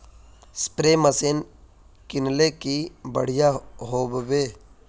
Spray machine किनले की बढ़िया होबवे?